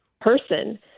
person